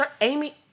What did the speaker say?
Amy